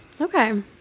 Okay